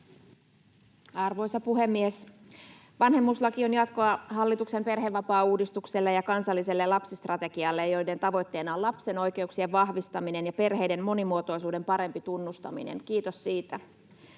Arvoisa puhemies! Vanhemmuuslaki on jatkoa hallituksen perhevapaauudistukselle ja kansalliselle lapsistrategialle, joiden tavoitteena on lapsen oikeuksien vahvistaminen ja perheiden monimuotoisuuden parempi tunnustaminen. Kiitos siitä.